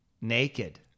naked